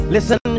Listen